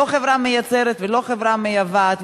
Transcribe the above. לא חברה מייצרת ולא חברה מייבאת,